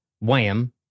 Wham